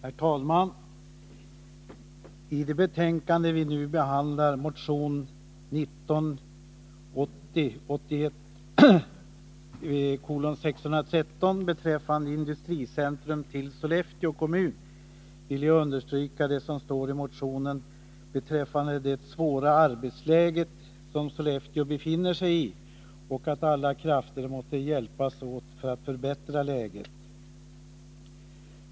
Herr talman! I det betänkande som vi nu diskuterar behandlas bl.a. motion 1980/81:613 angående industricentrum i Sollefteå kommun. Jag vill understryka det som står i motionen beträffande det svåra arbetsläge som Sollefteå befinner sig i och även framhålla att alla krafter måste hjälpas åt att förbättra läget.